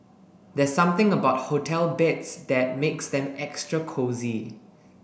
there's something about hotel beds that makes them extra cosy